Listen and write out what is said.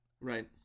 Right